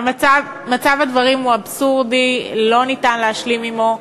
מצב הדברים הוא אבסורדי, ולא ניתן להשלים עמו.